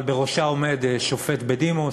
אבל בראשה עומד שופט בדימוס.